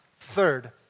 Third